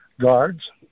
guards